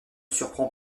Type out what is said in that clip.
surprend